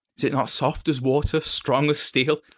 it not soft as water, strong as steel?